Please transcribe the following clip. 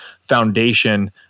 foundation